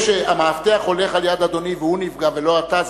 זה שהמאבטח הולך ליד אדוני והוא נפגע ולא אתה,